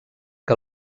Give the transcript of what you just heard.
que